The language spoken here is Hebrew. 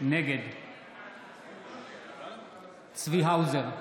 נגד צבי האוזר,